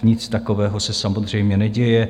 Nic takového se samozřejmě neděje.